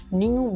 new